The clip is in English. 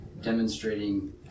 demonstrating